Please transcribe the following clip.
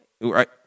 right